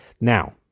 Now